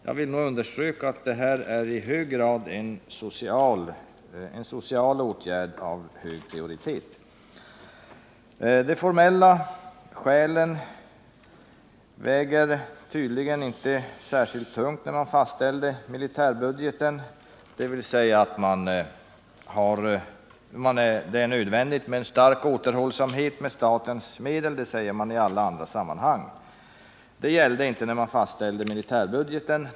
Jag vill då understryka att här gäller det sannerligen en social åtgärd av hög prioritet. Det är nödvändigt med stark återhållsamhet med statens medel, det säger man från regeringshåll i alla andra sammanhang, men det gällde inte när man fastställde militärbudgeten.